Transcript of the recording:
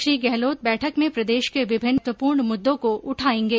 श्री गहलोत बैठक में प्रदेश के विभिन्न महत्वपूर्ण मुद्दों को उठायेंगे